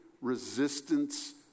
resistance